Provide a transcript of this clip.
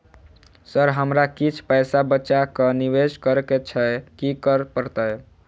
Sir हमरा किछ पैसा बचा कऽ निवेश करऽ केँ छैय की करऽ परतै?